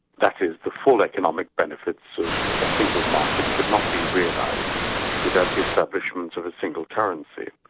that is, the full economic benefits of a single market could not be realised without the establishment of a single currency.